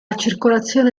circolazione